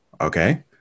okay